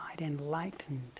enlightened